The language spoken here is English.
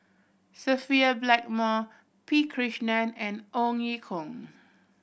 Sophia Blackmore P Krishnan and Ong Ye Kung